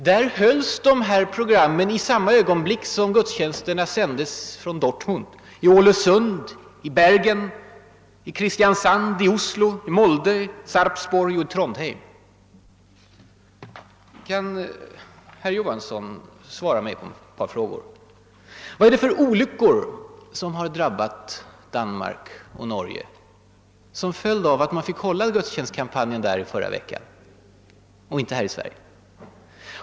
Där hölls dessa program i samma ögonblick som gudstjänsterna sändes från Dortmund i Ålesund, i Bergen, i Kristiansand, i Oslo, i Molde, i Sarpsborg och Trondheim. Kan herr Johansson i Trollhättan svara mig på ett par frågor: Vad är det för olyckor som drabbat Danmark och Norge som följd av att man fick hålla gudstjänstkampanjen där i förra veckan?